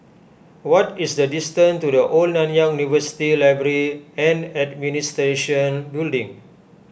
what is the distance to the Old Nanyang University Library and Administration Building